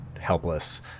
helpless